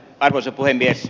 arvoisa puhemies